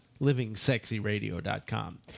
livingsexyradio.com